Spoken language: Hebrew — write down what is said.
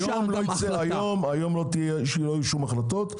היום לא יהיו שום החלטות.